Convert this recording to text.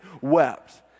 wept